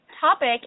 topic